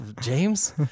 James